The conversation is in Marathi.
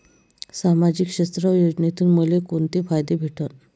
सामाजिक क्षेत्र योजनेतून मले कोंते फायदे भेटन?